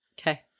Okay